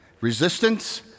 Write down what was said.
resistance